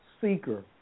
Seeker